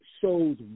shows